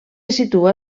situa